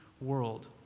world